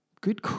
Good